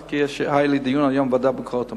זה היה היום בדיון בוועדה לביקורת המדינה,